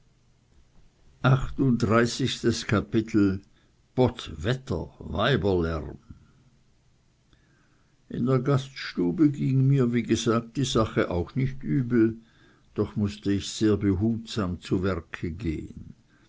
potz wetter weiberlärm in der gaststube ging mir wie gesagt die sache auch nicht übel doch mußte ich sehr behutsam zu werke gehen